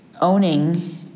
Owning